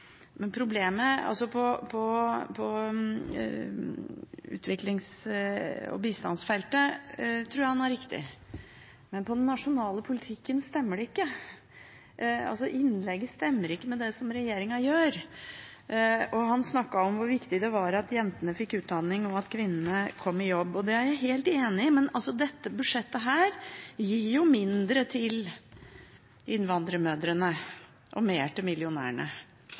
men når det gjelder den nasjonale politikken, stemmer det ikke. Innlegget stemmer ikke med det som regjeringen gjør. Han snakket om hvor viktig det var at jentene fikk utdanning, og at kvinnene kom i jobb. Det er jeg helt enig i, men dette budsjettet gir jo mindre til innvandrermødrene og mer til millionærene.